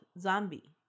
Zombie